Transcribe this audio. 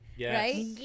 right